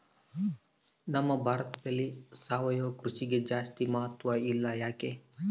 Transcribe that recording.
ನಮ್ಮ ಭಾರತದಲ್ಲಿ ಸಾವಯವ ಕೃಷಿಗೆ ಜಾಸ್ತಿ ಮಹತ್ವ ಇಲ್ಲ ಯಾಕೆ?